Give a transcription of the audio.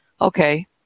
okay